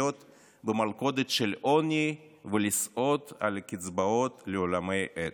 במלכודת של עוני ולסעוד על קצבאות לעולמי עד.